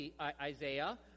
Isaiah